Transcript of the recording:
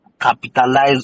capitalize